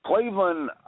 Cleveland